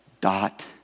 dot